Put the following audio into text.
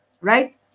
Right